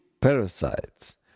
parasites